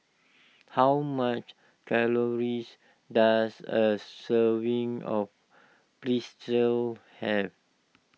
how much calories does a serving of Pretzel have